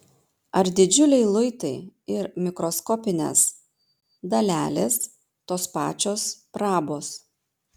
ar didžiuliai luitai ir mikroskopinės dalelės tos pačios prabos